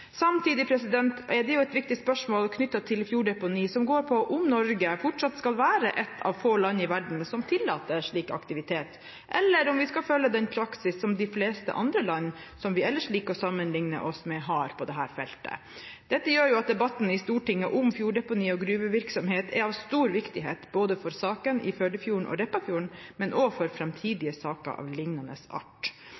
Samtidig er det et viktig spørsmål knyttet til fjorddeponi som går på om Norge fortsatt skal være et av få land i verden som tillater slik aktivitet, eller om vi skal følge den praksis som de fleste andre land som vi ellers liker å sammenligne oss med, har på dette feltet. Dette gjør at debatten i Stortinget om fjorddeponi og gruvevirksomhet er av stor viktighet for saken i Førdefjorden og Repparfjorden, men også framtidige saker av lignende art.